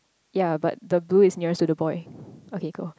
yea but the blue is nearest to the boy okay go